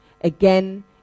Again